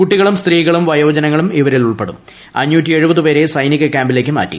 കുട്ടികളും സ്ത്രീകളും വയോജനങ്ങളും ഇവരിൽ ഉൾപ്പെടുത്തും ക്യാമ്പിലേക്ക് മാറ്റി